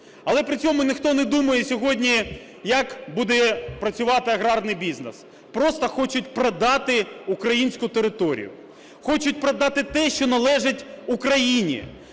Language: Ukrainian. Але при цьому ніхто не думає сьогодні, як буде працювати аграрний бізнес. Просто хочуть продати українську територію. Хочуть продати те, що належить Україні.